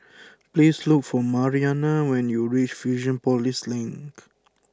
please look for Mariana when you reach Fusionopolis Link